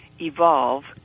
evolve